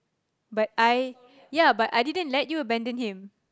but I ya but I didn't let you abandon him